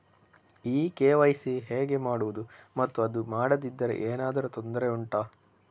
ಈ ಕೆ.ವೈ.ಸಿ ಹೇಗೆ ಮಾಡುವುದು ಮತ್ತು ಅದು ಮಾಡದಿದ್ದರೆ ಏನಾದರೂ ತೊಂದರೆ ಉಂಟಾ